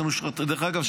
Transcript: דרך אגב,